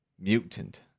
mutant